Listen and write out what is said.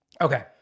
Okay